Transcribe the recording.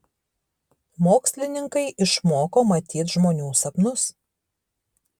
mokslininkai išmoko matyt žmonių sapnus